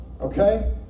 okay